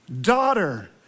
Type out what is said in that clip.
daughter